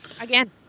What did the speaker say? Again